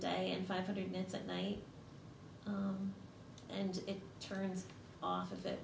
day and five hundred minutes at night and it turns off of